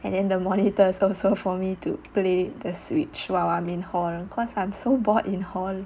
and then the monitors also for me to play the switch while I'm in hall cause I'm so bored in hall